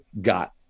got